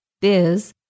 Biz